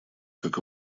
как